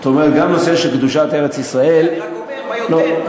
גם נושא של קדושת ארץ-ישראל, אני רק אומר מה יותר.